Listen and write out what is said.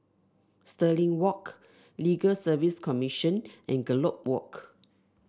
Stirling Walk Legal Service Commission and Gallop Walk